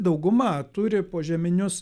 dauguma turi požeminius